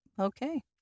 okay